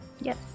yes